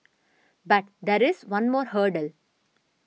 but there is one more hurdle